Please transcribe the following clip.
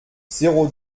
zéro